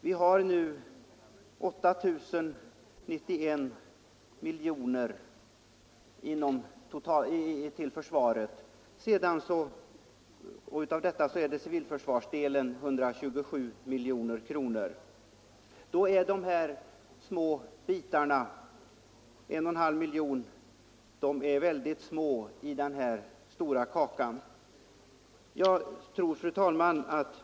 Vi anslår nu 8 091 miljoner kronor till försvaret, och av dessa utgör civilförsvarsdelen 127 miljoner kronor. Då är 1,5 miljoner kronor plus ökningen på 0,6 miljoner kronor enligt reservationen 1 en mycket liten bit av den stora kakan. Fru talman!